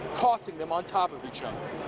tossing them on top of each other.